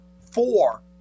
four